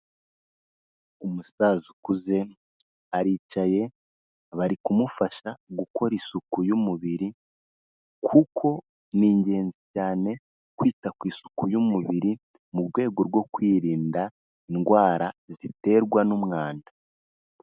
Umusaza ukuze aricaye, bari kumufasha gukora isuku y'umubiri kuko ni ingenzi cyane kwita ku isuku y'umubiri mu rwego rwo kwirinda indwara ziterwa n'umwanda.